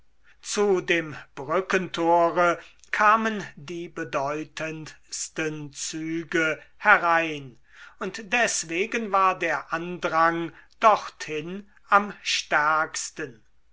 zu dem brückentore kamen die bedeutendsten züge herein und deswegen war der andrang dorthin am stärksten